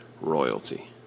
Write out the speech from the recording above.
royalty